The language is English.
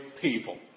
people